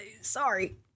sorry